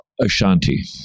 Ashanti